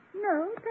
No